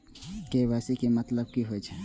KYC के मतलब की होई छै?